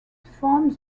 forms